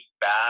back